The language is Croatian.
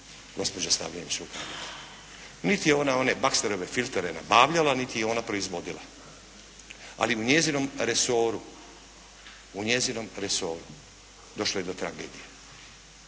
gospođa Stavljenić-Rukavina. Niti je ona one baksterove filtere nabavljala niti ih je ona proizvodila. Ali u njezinom resoru, u njezinom resoru došlo je do tragedije.